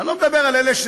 אני לא מדבר על חלבּי,